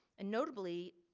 and notably,